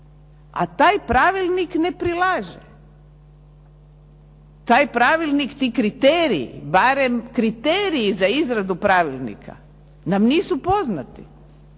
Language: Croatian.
a taj pravilnik ne prilaže. Taj pravilnik, ti kriteriji barem kriteriji za izradu pravilnika nam nisu poznati,